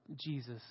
Jesus